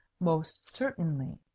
most certainly.